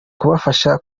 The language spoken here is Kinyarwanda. bubafasha